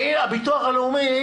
הביטוח הלאומי